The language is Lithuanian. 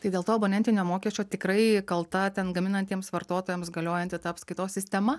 tai dėl to abonentinio mokesčio tikrai kalta ten gaminantiems vartotojams galiojanti ta apskaitos sistema